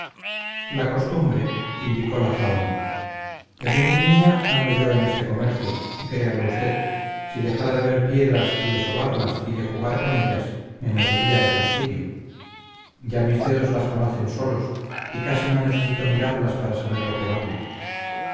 la costumbre indicó la zahón desde muy niña ando yo en este comercio y créalo usted si dejara de ver piedras y de sobarlas y de jugar con ellas me moriría de fastidio ya mis dedos las conocen solos y casi no necesito mirarlas para saber lo que valen